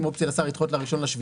עם אופציה לשר לדחות ל-1.7.